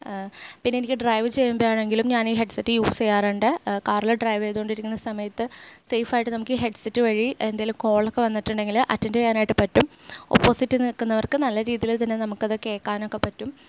പിന്നെ എനിക്ക് ഡ്രൈവ് ചെയ്യുമ്പോൾ ആണെങ്കിലും ഞാൻ ഈ ഹെഡ്സെറ്റ് യൂസ് ചെയ്യാറുണ്ട് കാറിൽ ഡ്രൈവ് ചെയ്തുകൊണ്ടിരിക്കുന്ന സമയത്ത് സേഫ് ആയിട്ട് നമുക്ക് ഈ ഹെഡ്സെറ്റ് വഴി എന്തെങ്കിലും കോൾ ഒക്കെ വന്നിട്ടുണ്ടെങ്കിൽ അറ്റൻഡ് ചെയ്യാനായിട്ട് പറ്റും ഓപ്പോസിറ്റ് നിൽക്കുന്നവര്ക്ക് നല്ല രീതിയിൽ തന്നെ നമുക്കത് കേൾക്കാനൊക്കെ പറ്റും